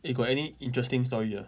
eh got any interesting story ah